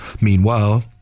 Meanwhile